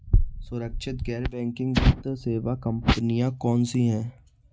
सुरक्षित गैर बैंकिंग वित्त सेवा कंपनियां कौनसी हैं?